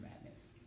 madness